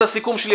משפט סיכום.